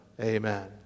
Amen